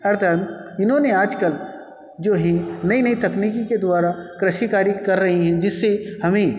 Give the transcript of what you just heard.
अर्थात इन्होंने आज कल जो हैं नई नई तकनीकी के द्वारा कृषि कार्य कर रहे हैं जिससे हमें